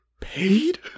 paid